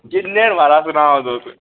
किन्ने न महाराज सनाओ तुस